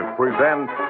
presents